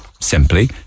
Simply